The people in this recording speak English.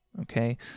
okay